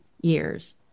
years